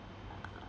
uh